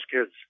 kids